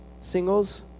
singles